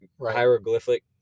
hieroglyphic